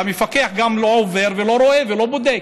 גם המפקח לא עובר ולא רואה ולא בודק.